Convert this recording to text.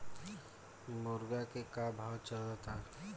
मुर्गा के का भाव चलता?